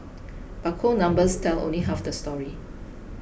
but cold numbers tell only half the story